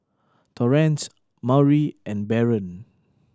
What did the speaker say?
Torrance Maury and Baron